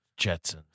Jetsons